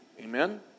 Amen